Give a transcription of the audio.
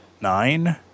nine